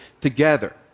together